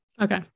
Okay